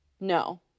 no